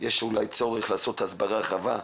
ויש אולי צורך לעשות הסברה רחבה,